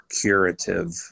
curative